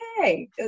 okay